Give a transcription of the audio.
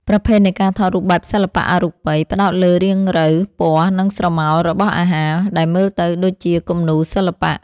ប្រភេទនៃការថតរូបបែបសិល្បៈអរូបិយ ផ្ដោតលើរាងរៅ ពណ៌ និងស្រមោលរបស់អាហារ ដែលមើលទៅដូចជាគំនូរសិល្បៈ។